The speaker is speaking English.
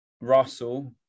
Russell